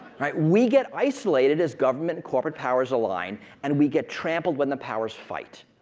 we get isolated as government corporate powers align, and we get trampled when the powers fight.